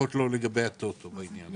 ובכלל זה עם בעל תחנה כמשמעותו בסעיף קטן (ג),